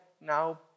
now